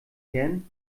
herren